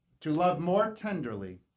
to love more tenderly,